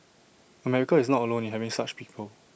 America is not alone in having such people